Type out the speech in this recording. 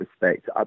respect